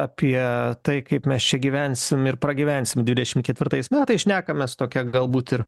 apie tai kaip mes čia gyvensim ir pragyvensim dvidešimt ketvirtais metais šnekamės tokia galbūt ir